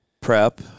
Prep